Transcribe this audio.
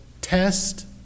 test